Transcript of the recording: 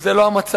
זה לא המצב.